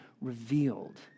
revealed